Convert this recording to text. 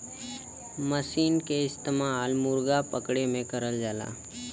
मसीन के इस्तेमाल मुरगा पकड़े में करल जाला